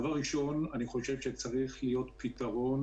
דבר ראשון, צריך להיות פתרון